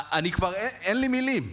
אני, כבר אין לי מילים.